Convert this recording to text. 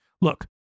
Look